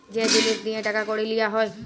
যে জিলিস দিঁয়ে টাকা কড়ি লিয়া হ্যয়